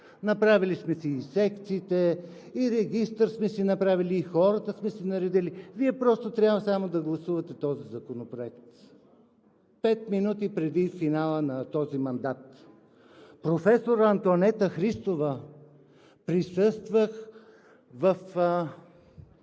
Направили сме си и секциите, и регистър сме си направили, и хората сме си наредили. Вие просто трябва само да гласувате този законопроект“ – пет минути преди финала на този мандат?! Присъствах в